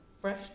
fresh